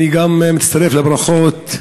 גם אני מצטרף לברכות,